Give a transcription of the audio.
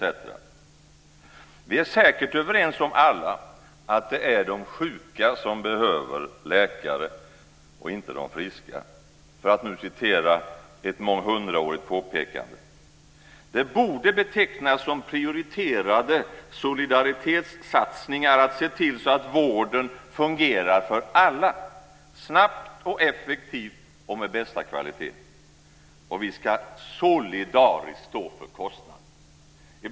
Alla är vi säkert överens om att det är de sjuka, inte de friska, som behöver läkare, för att återge ett månghundraårigt påpekande. Det borde betecknas som prioriterade solidaritetssatsningar att se till att vården fungerar för alla, snabbt och effektivt och med bästa kvalitet. Och vi ska solidariskt stå för kostnaderna.